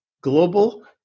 global